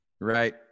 right